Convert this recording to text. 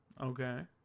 Okay